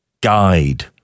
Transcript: guide